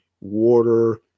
water